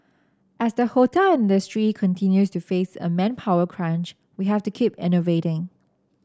as the hotel industry continues to face a manpower crunch we have to keep innovating